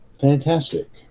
Fantastic